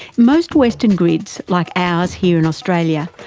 most western grids, like ours here in australia,